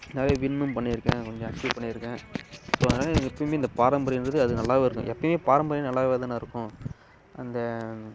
நிறைய வின்னும் பண்ணியிருக்கேன் கொஞ்சம் அச்சீவ் பண்ணியிருக்கேன் ஸோ அதனால் எப்பயும் இந்த பாரம்பரியங்கிறது அது நல்லாவும் இருக்கும் எப்பயும் பாரம்பரியம் அது நல்லா தான் இருக்கும் அந்த